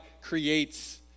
creates